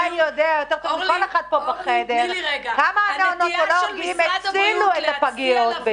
אתה יודע טוב מכל אחד בחדר כמה הניאונטולוגים הצילו את הפגיות.